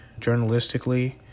journalistically